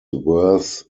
worth